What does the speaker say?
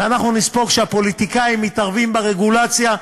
ואנחנו נספוג שהפוליטיקאים מתערבים ברגולציה.